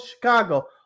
Chicago